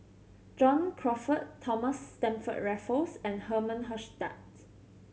John Crawfurd Thomas Stamford Raffles and Herman Hochstadt